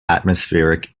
atmospheric